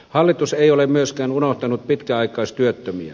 hallitus ei ole myöskään unohtanut pitkäaikaistyöttömiä